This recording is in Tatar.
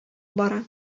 бара